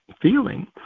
feeling